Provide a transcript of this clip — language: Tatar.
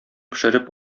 пешереп